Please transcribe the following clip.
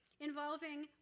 involving